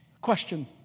Question